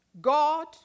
God